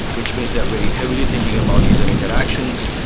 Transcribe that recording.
which means they are very heavily thinking about user interactions,